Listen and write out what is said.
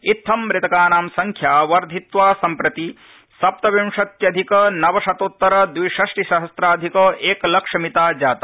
इत्थं मृतकानां संख्या वर्धित्वा सम्प्रति सप्तविंशत्यधिक नवशतोत्तर द्विषष्टि सहम्राधिक एकलक्षमिता जाता